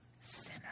sinner